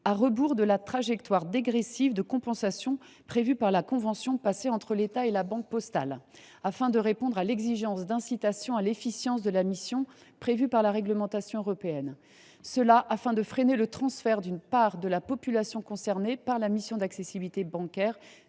à rebours de la trajectoire dégressive de compensation prévue par la convention passée entre l’État et La Banque postale, afin de répondre à l’incitation à l’efficience prévue par la réglementation européenne. Pour notre part, nous voulons freiner le transfert d’une part de la population concernée par la mission d’accessibilité bancaire